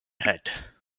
head